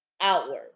outward